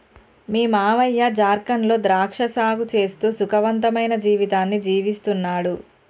మీ మావయ్య జార్ఖండ్ లో ద్రాక్ష సాగు చేస్తూ సుఖవంతమైన జీవితాన్ని జీవిస్తున్నాడు